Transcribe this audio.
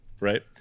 Right